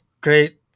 great